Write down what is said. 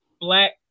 black